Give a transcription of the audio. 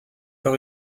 par